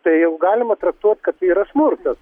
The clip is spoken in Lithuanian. tai jau galima traktuot kad tai yra smurtas